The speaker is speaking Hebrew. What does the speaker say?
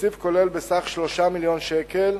בתקציב כולל בסך 3 מיליוני שקל,